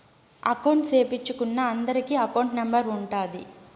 account సేపిచ్చుకున్నా అందరికి account number ఉంటాది